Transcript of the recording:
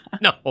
No